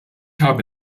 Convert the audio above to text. habe